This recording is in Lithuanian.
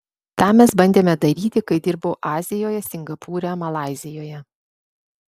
tą mes bandėme daryti kai dirbau azijoje singapūre malaizijoje